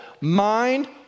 mind